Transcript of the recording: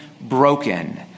broken